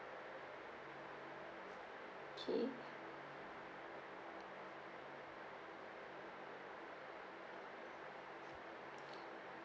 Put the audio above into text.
okay